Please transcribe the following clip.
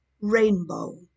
rainbow